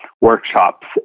workshops